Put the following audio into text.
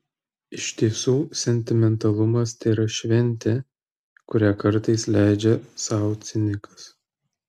iš tiesų sentimentalumas tėra šventė kurią kartais leidžia sau cinikas